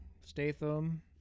Statham